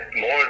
more